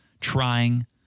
trying